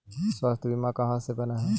स्वास्थ्य बीमा कहा से बना है?